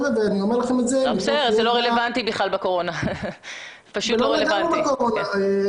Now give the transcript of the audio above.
בסדר, אבל זה לא רלוונטי בתקופת הקורונה.